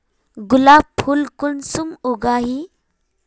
गुलाब फुल कुंसम उगाही?